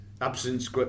absence